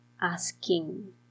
asking